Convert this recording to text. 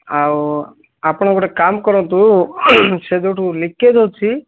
ଆଉ ଆପଣ ଗୋଟେ କାମ କରନ୍ତୁ ସେ ଯେଉଁଠୁ ଲିକେଜ୍ ଅଛି